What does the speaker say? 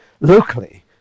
locally